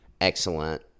excellent